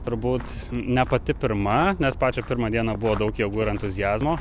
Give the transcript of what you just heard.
turbūt ne pati pirma nes pačią pirmą dieną buvo daug jėgų ir entuziazmo